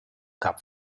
cup